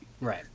Right